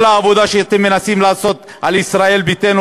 כל העבודה שאתם מנסים לעשות על ישראל ביתנו,